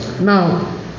Now